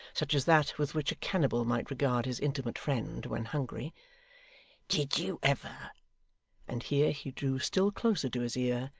such as that with which a cannibal might regard his intimate friend, when hungry did you ever and here he drew still closer to his ear,